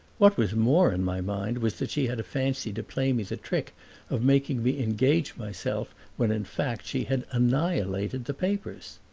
what was more in my mind was that she had a fancy to play me the trick of making me engage myself when in fact she had annihilated the papers.